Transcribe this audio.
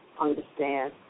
understand